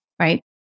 right